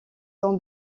sont